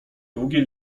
długie